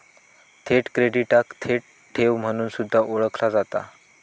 थेट क्रेडिटाक थेट ठेव म्हणून सुद्धा ओळखला जाता